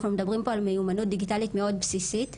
אנחנו מדברים פה על מיומנות דיגיטלית מאוד בסיסית.